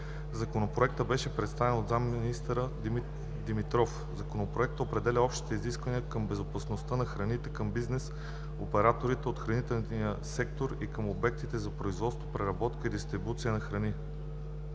Законопроектът беше представен от заместник-министър Димитров. Законопроектът определя общите изисквания към безопасността на храните, към бизнес операторите от хранителния сектор и към обектите за производство, преработка и дистрибуция на храни.